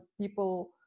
people